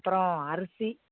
அப்புறம் அரிசி